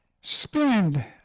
spend